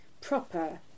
proper